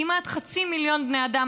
כמעט חצי מיליון בני אדם,